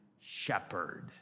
shepherd